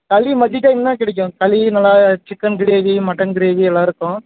களி மதிய டைமில் தான் கிடைக்கும் களி நல்லா சிக்கென் க்ரேவி மட்டன் க்ரேவி எல்லாம் இருக்கும்